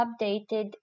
updated